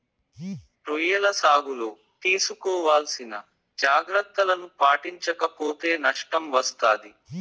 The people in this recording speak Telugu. రొయ్యల సాగులో తీసుకోవాల్సిన జాగ్రత్తలను పాటించక పోతే నష్టం వస్తాది